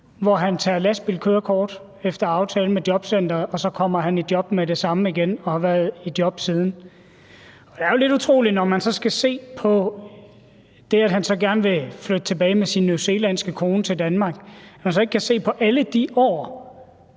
hvor han tager lastbilkørekort efter aftale med jobcenteret, og så kommer han i job med det samme igen og har været i job siden. Det er jo lidt utroligt, når han så gerne vil flytte tilbage med sin newzealandske kone til Danmark, at man så ikke kan se på alle de år,